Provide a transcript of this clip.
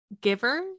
giver